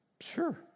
Sure